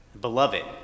beloved